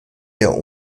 der